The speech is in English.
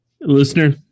Listener